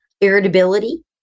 Irritability